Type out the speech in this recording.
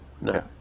No